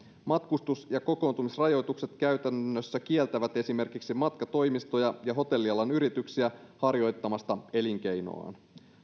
matkustus ja kokoontumisrajoitukset käytännössä kieltävät esimerkiksi matkatoimistoja ja hotellialan yrityksiä harjoittamasta elinkeinoaan